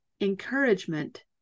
encouragement